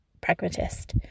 pragmatist